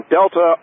Delta